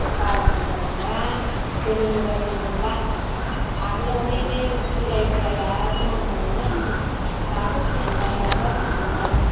बारा मोजां नङा गोदोनि बायदि नंला आगोलावहाय बे बोराइ बोराया धोरोममोन बाथौ फुजिनाय माबा फुजिनाय